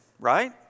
right